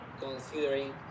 considering